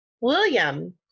William